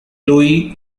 louis